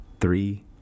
three